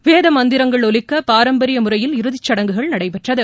வேதமந்திரங்கள் ஒலிக்க பாரம்பரிய முறையில் இறுதிச்சடங்குகள் நடைபெற்றது